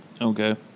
Okay